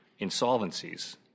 insolvencies